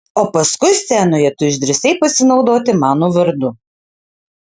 o paskui scenoje tu išdrįsai pasinaudoti mano vardu